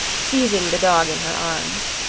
seizing the dog in her arms.